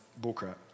Bullcrap